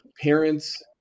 parents